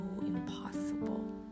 impossible